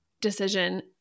decision